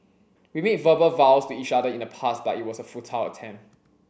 we made verbal vows to each other in the past but it was a futile attempt